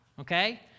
okay